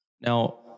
Now